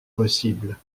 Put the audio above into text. possible